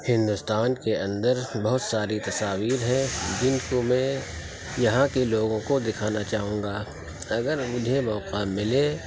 ہندوستان کے اندر بہت ساری تصاویر ہیں جن کو میں یہاں کے لوگوں کو دکھانا چاہوں گا اگر مجھے موقع ملے